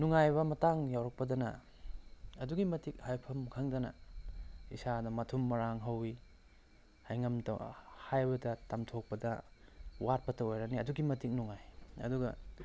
ꯅꯨꯡꯉꯥꯏꯕ ꯃꯇꯥꯡ ꯌꯥꯎꯔꯛꯄꯗꯅ ꯑꯗꯨꯛꯀꯤ ꯃꯇꯤꯛ ꯍꯥꯏꯐꯝ ꯈꯪꯗꯅ ꯏꯁꯥꯗ ꯃꯊꯨꯝ ꯃꯔꯥꯡ ꯍꯧꯋꯤ ꯍꯥꯏꯉꯝ ꯍꯥꯏꯕꯗ ꯇꯝꯊꯣꯛꯄꯗ ꯋꯥꯠꯄꯇ ꯑꯣꯏꯔꯅꯤ ꯑꯗꯨꯛꯀꯤ ꯃꯇꯤꯛ ꯅꯨꯡꯉꯥꯏ ꯑꯗꯨꯒ